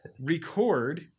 record